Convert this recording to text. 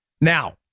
Now